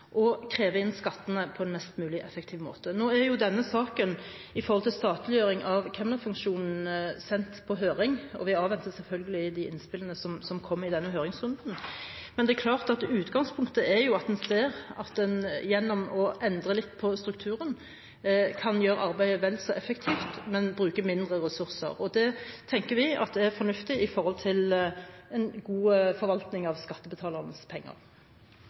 og kreve inn skattene på en mest mulig effektiv måte. Nå er jo denne saken om statliggjøring av kemnerfunksjonen sendt på høring, og vi avventer selvfølgelig de innspillene som kommer i denne høringsrunden. Men det er klart at utgangspunktet er at en ser at en gjennom å endre litt på strukturen, kan gjøre arbeidet vel så effektivt, men bruke mindre ressurser. Det tenker vi er fornuftig med hensyn til en god forvaltning av skattebetalernes penger.